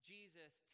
Jesus